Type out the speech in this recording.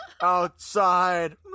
outside